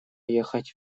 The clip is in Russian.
ехать